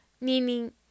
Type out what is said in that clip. Meaning